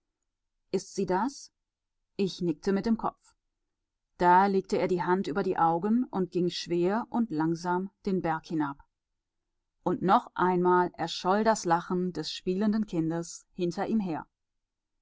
ist sie das ich nickte mit dem kopf da legte er die hand über die augen und ging schwer und langsam den berg hinab und noch einmal erscholl das lachen des spielenden kindes hinter ihm her